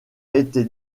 été